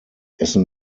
essen